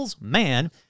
man